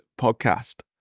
podcast